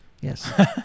Yes